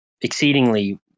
exceedingly